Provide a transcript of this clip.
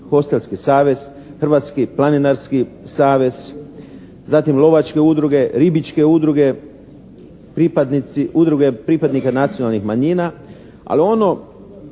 hostelski savez, Hrvatski planinarski savez, zatim lovačke udruge, ribičke udruge, Udruge pripadnika nacionalnih manjina, ali ono